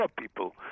people